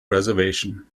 reservation